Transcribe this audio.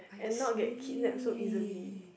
and not get kidnapped so easily